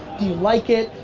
do you like it?